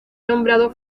nombrado